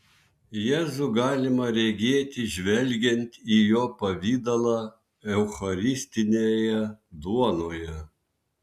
jėzų galima regėti žvelgiant į jo pavidalą eucharistinėje duonoje